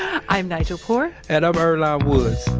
i'm nigel poor and i'm earlonne woods.